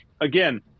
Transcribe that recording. Again